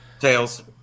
Tails